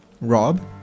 Rob